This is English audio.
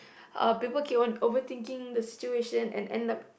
uh people keep on overthinking the situation and end up